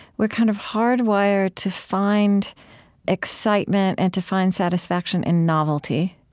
we're kind of hardwired to find excitement and to find satisfaction in novelty,